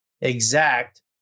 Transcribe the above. exact